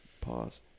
Pause